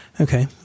Okay